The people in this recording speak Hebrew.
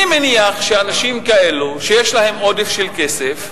אני מניח שאנשים כאלו, שיש להם עודף של כסף,